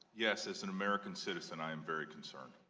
yes, as an american citizen i'm very concerned